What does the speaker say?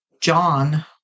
John